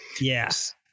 Yes